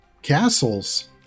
Castles